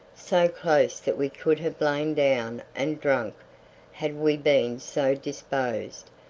so close that we could have lain down and drunk had we been so disposed,